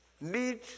need